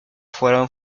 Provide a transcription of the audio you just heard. fueron